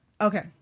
Okay